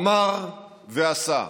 אמר ועשה.